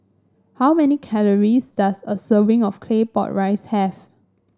how many calories does a serving of Claypot Rice have